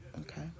okay